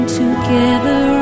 together